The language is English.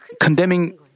condemning